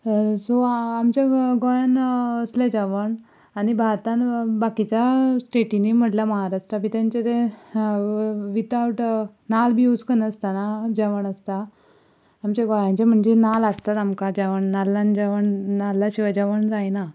so आमच्या गोंयान असलें जेवण आनी भारतांत बाकीच्या स्टॅटींनी म्हणल्यार म्हाराष्ट्रा बी तेंचे तें विथाउट नाल्ल बी यूझ करनासतना जेवण आसता आमचे गोंयांचे म्हणचे नाल्ल आसताच आमकां जेवण नाल्लान जेवण नाल्ला शिवाय जेवण जायना